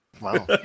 Wow